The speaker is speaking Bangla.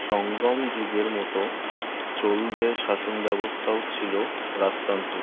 সঙ্গম যুগের মতো চোলদের শাসন ব্যবস্তাও ছিলো রাজতান্ত্রিক